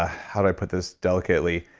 ah how do i put this delicately?